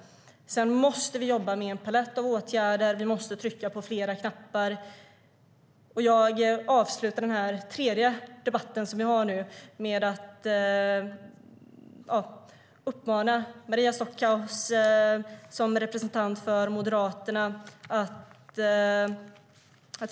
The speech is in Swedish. Sedan måste vi jobba med en palett av åtgärder och trycka på flera knappar. Jag vill avsluta den tredje interpellationsdebatt som vi har nu med en uppmaning till Maria Stockhaus, som representant för Moderaterna.